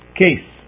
case